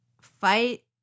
Fight